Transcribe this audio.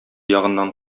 ягыннан